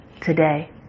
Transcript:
today